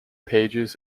pages